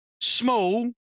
small